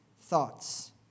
thoughts